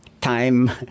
Time